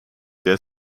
der